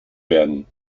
werden